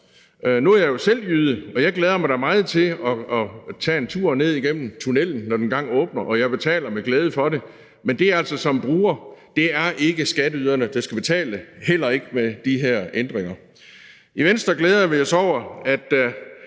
Nu er jeg jo selv jyde, og jeg glæder mig da meget til at tage en tur ned igennem tunnellen, når den engang åbner, og jeg betaler med glæde for det. Men det er altså som bruger. Det er ikke skatteyderne, der skal betale, heller ikke med de her ændringer. I Venstre glæder vi os over, at